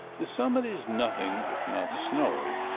the summit is nothing if not snowy,